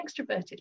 extroverted